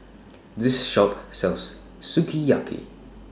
This Shop sells Sukiyaki